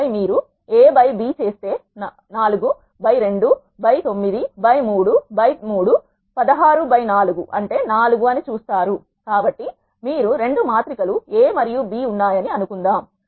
ఆపై మీరు A by B చేస్తే 4 by 2 by 9 by 3 by 3 16 by 4 అంటే 4 అని చూస్తారు కాబట్టి మీకు 2 మాత్రిక లు A మరియు B ఉన్నాయని అనుకుందాం